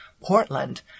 Portland